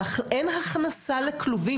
אין הכנסה לכלובים.